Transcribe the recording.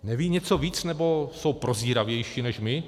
Nevědí něco víc, nebo jsou prozíravější než my?